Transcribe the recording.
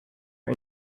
and